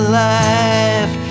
life